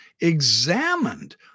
examined